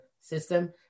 system